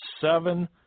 seven